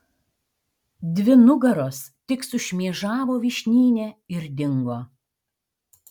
dvi nugaros tik sušmėžavo vyšnyne ir dingo